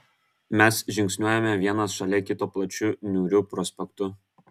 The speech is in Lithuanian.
mes žingsniuojame vienas šalia kito plačiu niūriu prospektu